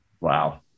Wow